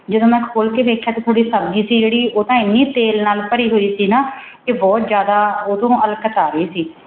ਜਦੋਂ ਮੈਂ ਖੋਲ੍ਹ ਕੇ ਵੇਖਿਆ ਅਤੇ ਥੋੜ੍ਹੀ ਸਬਜ਼ੀ ਸੀ ਜਿਹੜੀ ਉਹ ਤਾਂ ਇੰਨੀ ਤੇਲ ਨਾਲ ਭਰੀ ਹੋਈ ਸੀ ਨਾ ਕਿ ਬਹੁਤ ਜ਼ਿਆਦਾ ਉਹ ਤੋਂ ਅਲਕਤ ਆ ਰਹੀ ਸੀ